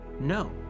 No